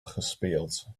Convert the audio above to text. gespeeld